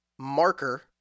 marker